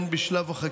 הן בשלב החקירה,